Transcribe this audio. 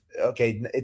okay